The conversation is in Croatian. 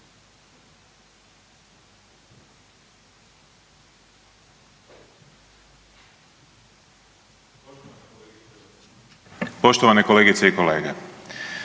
poštovane kolegice i kolege,